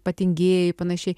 patingėjai panašiai